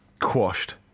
quashed